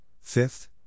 fifth